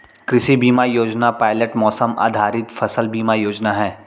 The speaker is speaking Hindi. कृषि बीमा योजना पायलट मौसम आधारित फसल बीमा योजना है